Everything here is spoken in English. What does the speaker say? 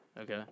Okay